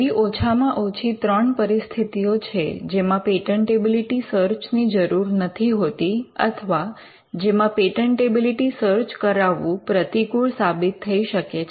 એવી ઓછામાં ઓછી ત્રણ પરિસ્થિતિઓ છે જેમાં પેટન્ટેબિલિટી સર્ચ ની જરૂર નથી હોતી અથવા જેમાં પેટન્ટેબિલિટી સર્ચ કરાવવું પ્રતિકૂળ સાબિત થઈ શકે છે